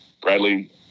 Bradley